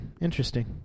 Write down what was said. interesting